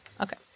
Okay